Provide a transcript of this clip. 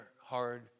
hard